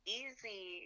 easy